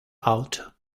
out